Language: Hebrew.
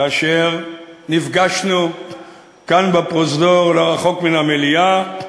כאשר נפגשנו כאן בפרוזדור, לא רחוק מן המליאה,